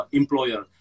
employer